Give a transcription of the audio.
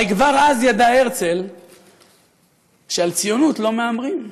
הרי כבר אז ידע הרצל שעל ציונות לא מהמרים,